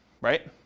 right